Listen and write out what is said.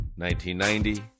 1990